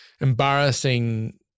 embarrassing